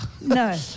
No